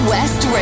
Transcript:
West